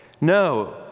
No